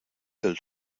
del